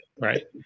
Right